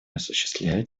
осуществляют